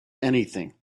anything